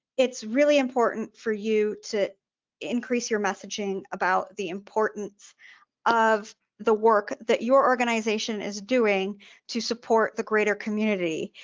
it's really important for you to increase your messaging about the importance of the work that your organization is doing to support the greater community,